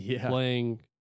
playing